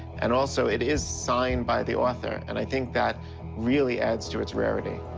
and also it is signed by the author. and i think that really adds to its rarity.